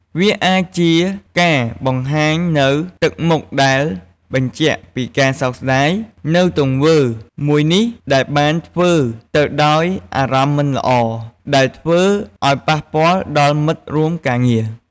វាអាចជាការបង្ហាញនូវទឹកមុខដែលបញ្ជាក់ពីការសោកស្ដាយ នូវទង្វើមួយនេះដែលបានធ្វើទៅដោយអារម្មណ៍មិនល្អ ដែលធ្វើអោយប៉ះពាល់ដល់មិត្តរួមការងារ។